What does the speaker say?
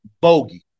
bogey